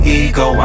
ego